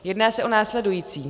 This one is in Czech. Jedná se o následující.